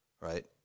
right